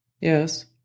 Yes